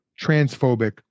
transphobic